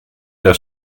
der